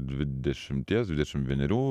dvidešimties dvidešim vienerių